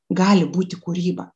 gali būti kūryba